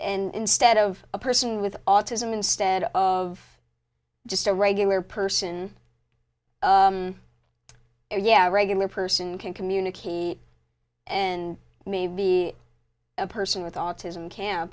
that in stead of a person with autism instead of just a regular person yeah a regular person can communicate and may be a person with autism ca